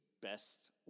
best